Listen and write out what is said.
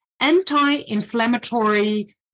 anti-inflammatory